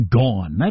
gone